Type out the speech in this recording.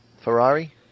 Ferrari